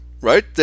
right